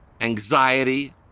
anxiety